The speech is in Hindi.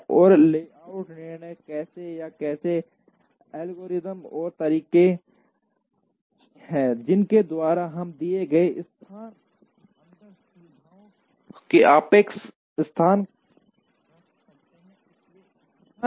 और लेआउट निर्णय कैसे क्या एल्गोरिदम और तरीके हैं जिनके द्वारा हम दिए गए स्थान के अंदर सुविधाओं के सापेक्ष स्थान रख सकते हैं